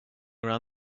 around